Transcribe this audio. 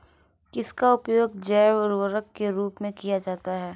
किसका उपयोग जैव उर्वरक के रूप में किया जाता है?